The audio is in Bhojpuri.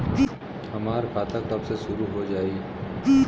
हमार खाता कब से शूरू हो जाई?